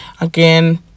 Again